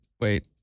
Wait